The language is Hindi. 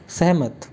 सहमत